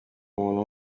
umuntu